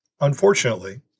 Unfortunately